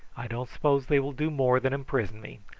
i don't suppose they will do more than imprison me.